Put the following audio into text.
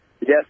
Yes